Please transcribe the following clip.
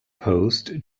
post